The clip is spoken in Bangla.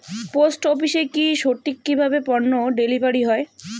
পোস্ট অফিসে কি সঠিক কিভাবে পন্য ডেলিভারি হয়?